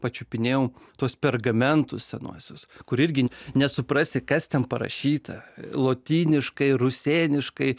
pačiupinėjau tuos pergamentus senuosius kur irgi nesuprasi kas ten parašyta lotyniškai rusėniškai